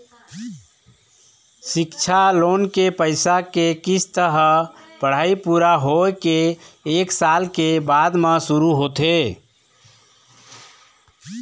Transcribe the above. सिक्छा लोन के पइसा के किस्त ह पढ़ाई पूरा होए के एक साल के बाद म शुरू होथे